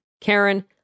Karen